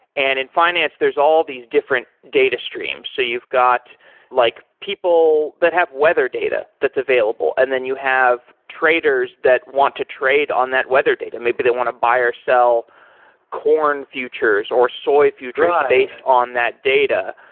and in finance there's all these different data streams. so you've got like people that have weather data that's available, and then you have traders that want to trade on that weather data. may be they want to buy or sell corn futures or soy futures based on that data.